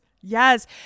yes